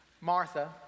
Martha